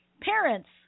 parents